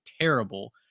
terrible